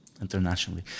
internationally